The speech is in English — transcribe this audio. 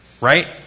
Right